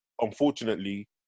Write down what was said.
unfortunately